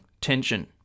Tension